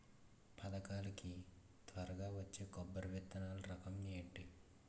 పథకాల కి త్వరగా వచ్చే కొబ్బరి విత్తనాలు రకం ఏంటి?